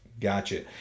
Gotcha